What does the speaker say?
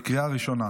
לקריאה ראשונה.